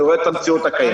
אני רואה את המציאות הקיימת.